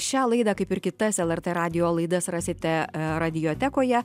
šią laidą kaip ir kitas lrt radijo laidas rasite radiotekoje